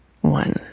one